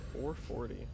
440